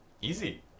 Easy